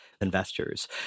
investors